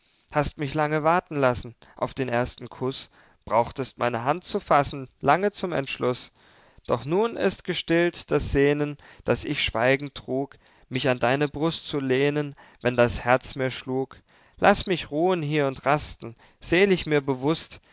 hast mich lange warten lassen auf den ersten kuß brauchtest meine hand zu fassen lange zum entschluß doch nun ist gestillt das sehnen das ich schweigend trug mich an deine brust zu lehnen wenn das herz mir schlug laß mich ruhen hier und rasten selig mir bewußt